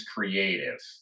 Creative